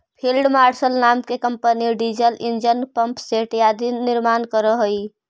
field marshal नाम के company diesel engine, pump set आदि के निर्माण करऽ हई